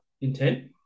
intent